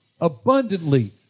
abundantly